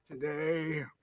today